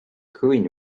queen